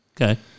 Okay